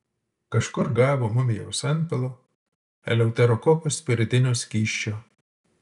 kažkur gavo mumijaus antpilo eleuterokoko spiritinio skysčio